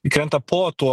krenta po tuo